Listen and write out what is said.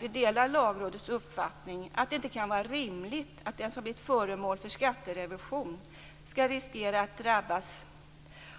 Vi delar Lagrådets uppfattning att det inte kan vara rimligt att den som har blivit föremål för skatterevision riskerar att drabbas